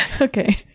Okay